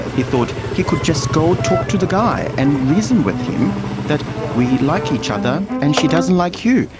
he thought he could just go talk to the guy and reason with him that we like each other and she doesn't like you,